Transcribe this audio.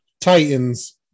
Titans